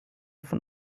von